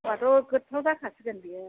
होनबाथ' गोथाव जाखासिगोन बियो